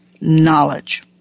Knowledge